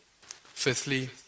fifthly